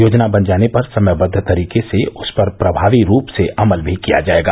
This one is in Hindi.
योजना बन जाने पर समयबद्व तरीके से उस पर प्रभावी रूप से अमल भी किया जायेगा